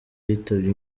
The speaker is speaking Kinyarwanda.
yitabye